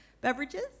beverages